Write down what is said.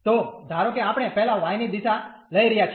તો ધારો કે આપણે પહેલા y ની દિશા લઈ રહ્યા છીએ